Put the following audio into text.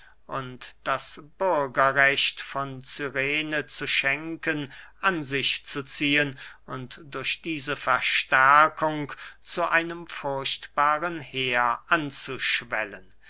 und das bürgerrecht von cyrene zu schenken an sich zu ziehen und durch diese verstärkung zu einem furchtbaren heer anzuschwellen